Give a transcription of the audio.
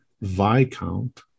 Viscount